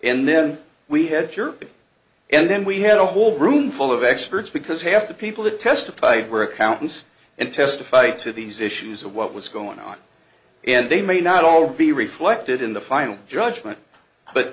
and then we had europe and then we had a whole roomful of experts because half the people that testified were accountants and testified to these issues of what was going on and they may not all be reflected in the final judgment but